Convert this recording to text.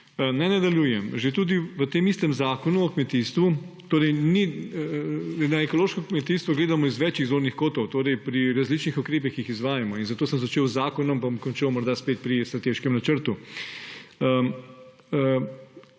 Naj nadaljujem. Že tudi v tem istem Zakonu o kmetijstvu torej ni … Na ekološko kmetijstvo gledamo z več zornih kotov, torej pri različnih ukrepih, ki jih izvajamo, zato sem začel z zakonom, bom končal morda spet pri strateškem načrtu.